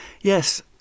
Yes